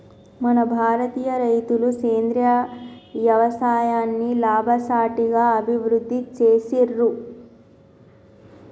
మన భారతీయ రైతులు సేంద్రీయ యవసాయాన్ని లాభసాటిగా అభివృద్ధి చేసిర్రు